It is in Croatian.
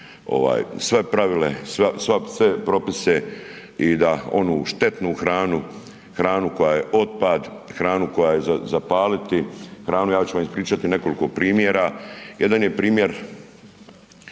sva pravila ovaj sve propise i da onu štetnu hranu, hranu koja je otpad, hranu koja je za zapaliti, hranu ja ću vam ispričati nekoliko primjera. Jedan je primjer